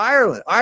Ireland